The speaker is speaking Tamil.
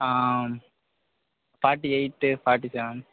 Aam forty eight forty seven